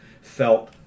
felt